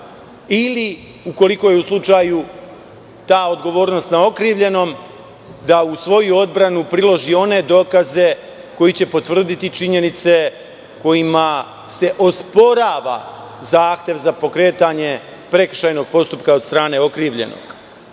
ili ukoliko je u slučaju ta odgovornost na okrivljenom, da u svoju odbranu priloži one dokaze koji će potvrditi činjenice kojima se osporava zahtev za pokretanje prekršajnog postupka od strane okrivljenog. Ko